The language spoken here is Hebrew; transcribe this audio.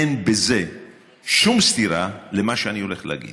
אין בזה שום סתירה למה שאני הולך להגיד.